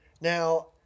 Now